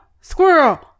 squirrel